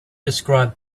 described